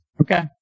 Okay